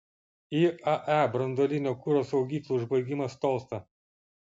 iae branduolinio kuro saugyklų užbaigimas tolsta